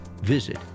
visit